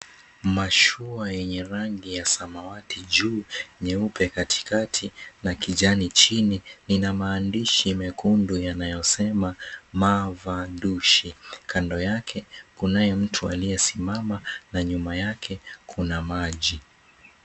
Mashua yenye rangi ya samawati, juu nyeupe katikati na kijani chini lina maandishi mekundu yanayosema "Mavadushi". Kando yake kunaye mtu aliyesimama na nyuma yake kuna maji.